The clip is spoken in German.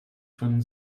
von